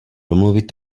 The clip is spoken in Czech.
domluvit